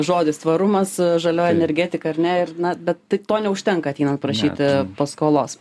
žodis tvarumas žalioji energetika ar ne ir na bet tai to neužtenka ateinant prašyt paskolos